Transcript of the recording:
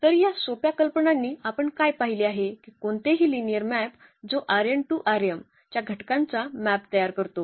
तर या सोप्या कल्पनांनी आपण काय पाहिले आहे की कोणतेही लिनिअर मॅप जो च्या घटकांचा मॅप तयार करतो